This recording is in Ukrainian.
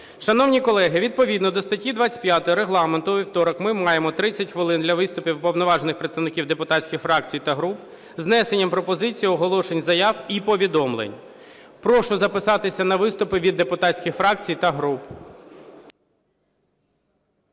Шановні колеги, відповідно до статті 25 Регламенту у вівторок ми маємо 30 хвилин для виступів уповноважених представників депутатських фракцій та груп з внесенням пропозицій, оголошенням заяв і повідомлень. Прошу записатися на виступи від депутатських фракцій та груп.